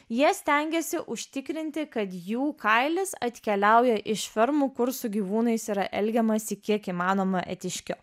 jie stengiasi užtikrinti kad jų kailis atkeliauja iš fermų kur su gyvūnais yra elgiamasi kiek įmanoma etiškiau